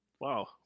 Wow